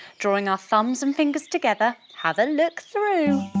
drawing our thumbs and fingers together, have a look through!